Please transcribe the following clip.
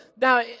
now